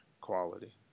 quality